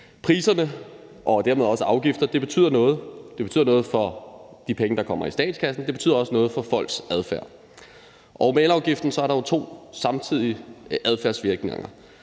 Priserne og dermed også afgifterne betyder noget. De betyder noget for de penge, der kommer i statskassen, og de betyder også noget for folks adfærd. Med elafgiften er der jo to samtidige adfærdsvirkninger: